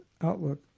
outlook